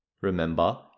Remember